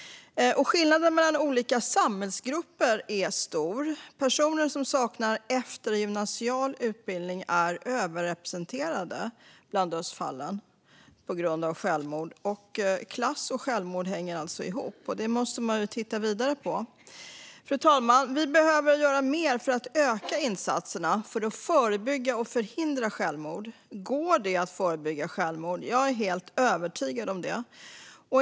Skillnaden mellan olika samhällsgrupper är stor. Personer som saknar eftergymnasial utbildning är överrepresenterade bland dödsfall på grund av självmord. Klass och självmord hänger ihop. Det måste man titta vidare på. Fru talman! Vi behöver göra mer för att öka insatserna för att förebygga och förhindra självmord. Går det att förbygga självmord? Jag är helt övertygad om det.